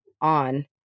on